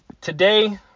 Today